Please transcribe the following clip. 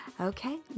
Okay